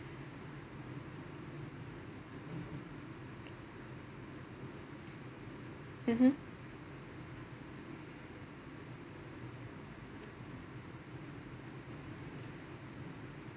mmhmm